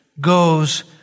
goes